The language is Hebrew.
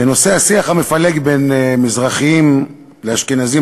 בנושא השיח המפלג בין מזרחים לאשכנזים,